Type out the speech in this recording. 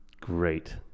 Great